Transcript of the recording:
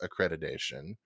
accreditation